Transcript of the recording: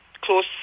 close